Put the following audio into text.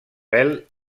vel